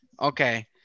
okay